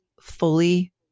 fully